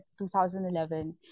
2011